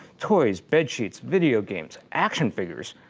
toys, bedsheets, video games, action figures.